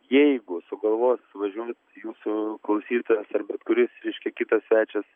jeigu sugalvos važiuot jūsų klausytojas ar bet kuris kitas svečias